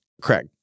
Craig